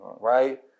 right